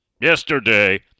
yesterday